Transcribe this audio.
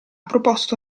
proposto